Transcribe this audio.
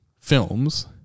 films